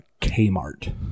Kmart